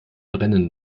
brennen